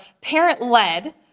parent-led